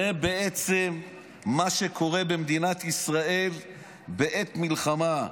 זה בעצם מה שקורה במדינת ישראל בעת מלחמה.